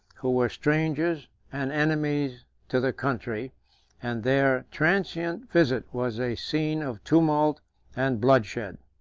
who were strangers and enemies to the country and their transient visit was a scene of tumult and bloodshed.